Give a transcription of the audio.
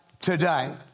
today